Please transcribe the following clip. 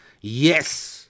Yes